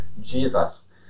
Jesus